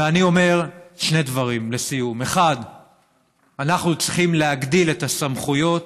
ואני אומר שני דברים לסיום: 1. אנחנו צריכים להגדיל את הסמכויות